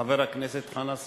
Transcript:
חבר הכנסת חנא סוייד,